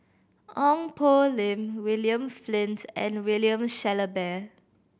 Ong Poh Lim William Flint and William Shellabear